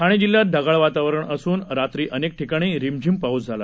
ठाणे जिल्ह्यात ढगाळ वातावरण असूनरात्री अनेक ठिकाणी रिमझिम पाऊस झाला